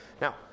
Now